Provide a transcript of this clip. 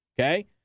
okay